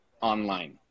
Online